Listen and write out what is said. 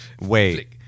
Wait